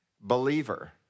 believer